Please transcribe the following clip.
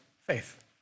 faith